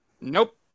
Nope